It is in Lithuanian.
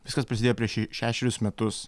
viskas prasidėjo prieš šešerius metus